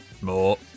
More